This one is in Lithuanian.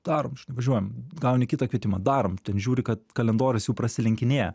darom važiuojam gauni kitą kvietimą darom ten žiūri kad kalendorius jau prasilenkinėja